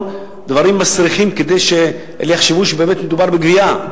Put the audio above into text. דברים מסריחים כדי שיחשבו שבאמת מדובר בגוויה.